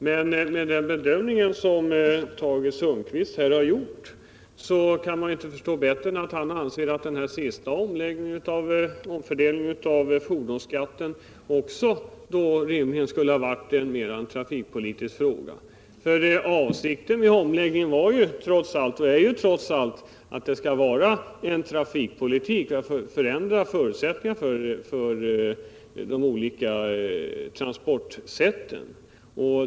Men efter den bedömning som Tage Sundkvist här har gjort kan man inte förstå annat än att han anser att den senaste omfördelningen av fordonskatten rimligen också skulle ha varit en trafikpolitisk fråga. Avsikten med omläggningen var ju trots allt trafikpolitisk, nämligen att förändra förutsättningarna för de olika transportsätten.